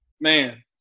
Man